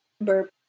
burp